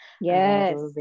Yes